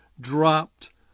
dropped